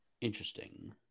Interesting